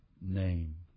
name